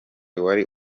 wari